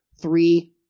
three